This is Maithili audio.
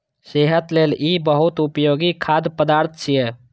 सेहत लेल ई बहुत उपयोगी खाद्य पदार्थ छियै